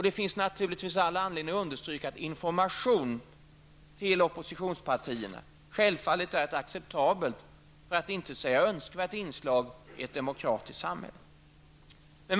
Det finns all anledning att understryka att information till oppositionspartierna självfallet är ett acceptabelt, för att inte säga önskvärt, inslag i ett demokratiskt samhälle.